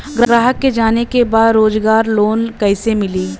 ग्राहक के जाने के बा रोजगार लोन कईसे मिली?